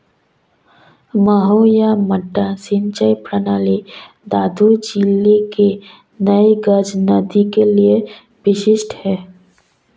मद्दू या मड्डा सिंचाई प्रणाली दादू जिले की नई गज नदी के लिए विशिष्ट है